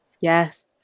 Yes